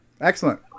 Excellent